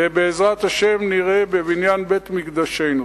ובעזרת השם נראה בבניין בית-מקדשנו.